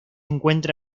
encuentra